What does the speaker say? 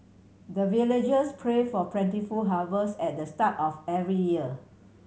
the villagers pray for plentiful harvest at the start of every year